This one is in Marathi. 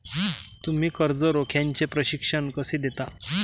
तुम्ही कर्ज रोख्याचे प्रशिक्षण कसे देता?